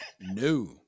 no